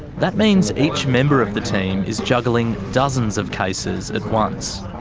that means each member of the team is juggling dozens of cases at once.